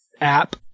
app